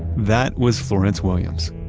that was florence williams.